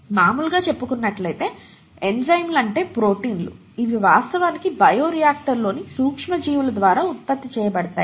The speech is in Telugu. మాములుగా చెప్పుకున్నట్లైతే ఎంజైమ్లు అంటే ప్రోటీన్స్ ఇవి వాస్తవానికి బయో రియాక్టర్లలోని సూక్ష్మజీవుల ద్వారా ఉత్పత్తి చేయబడతాయి